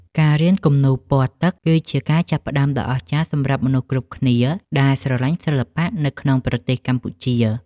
ការរៀនគំនូរពណ៌ទឹកគឺជាការចាប់ផ្ដើមដ៏អស្ចារ្យសម្រាប់មនុស្សគ្រប់គ្នាដែលស្រឡាញ់សិល្បៈនៅក្នុងប្រទេសកម្ពុជា។